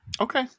Okay